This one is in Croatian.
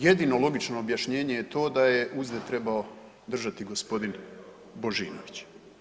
Jedino logično objašnjenje je to da je uzde trebao držati gospodin Božinović.